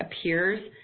appears